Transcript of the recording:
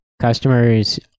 customers